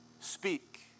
speak